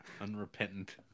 unrepentant